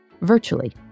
virtually